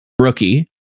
rookie